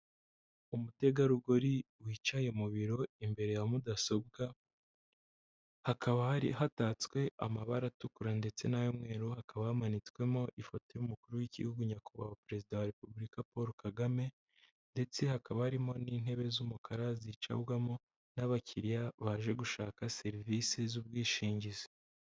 Umutegarugori wicaye mu biro imbere ya mudasobwa, hakaba hatatswe amabara atukura ndetse n'ay'umweru, hakaba hamanitswemo ifoto y'umukuru w'igihugu nyakubahwa perezida wa repubulika Paul Kagame ndetse hakaba harimo n'intebe z'umukara, zicarwamo n'abakiriya baje gushaka serivisi z'ubwishingizi.